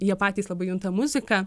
jie patys labai junta muziką